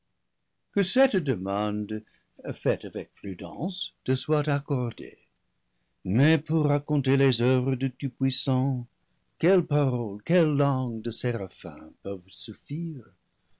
que cette demande faite avec prudence te soit accordée mais pour raconter les oeuvres du tout-puissant quelle pa rôle quelle langue de séraphin peuvent suffire